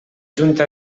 junta